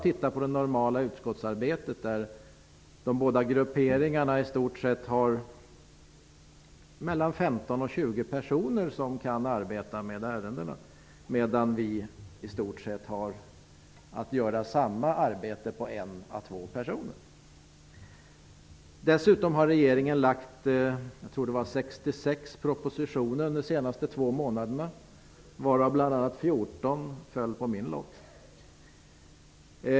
I det normala utskottsarbetet består de båda grupperingarna av 15--20 personer som har att arbeta med ärendena medan det i vårt parti är en à två personer som utför samma arbete. Regeringen har lagt 66 propositioner, tror jag det var, under de senaste två månaderna. Av dessa föll 14 på min lott.